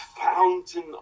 fountain